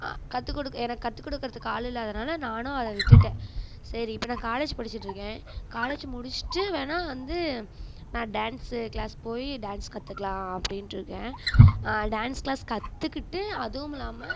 கற்றுக் கொடுக்க எனக்கு கற்றுக் கொடுக்கறதுக்கு ஆள் இல்லாததுனால நானும் அதை விட்டுவிட்டேன் சரி இப்போ நான் காலேஜ் படிச்சுட்டு இருக்கேன் காலேஜ் முடிச்சுட்டு வேணா வந்து நான் டான்ஸு கிளாஸ் போய் டான்ஸ் கற்றுக்கலாம் அப்படின்ட்டு இருக்கேன் டான்ஸ் கிளாஸ் கற்றுக்கிட்டு அதுவுமில்லாமல்